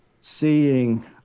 seeing